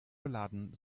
beladen